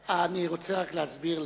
אני רוצה רק להסביר לך,